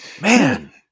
man